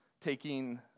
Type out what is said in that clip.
taking